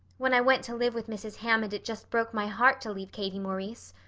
when i went to live with mrs. hammond it just broke my heart to leave katie maurice.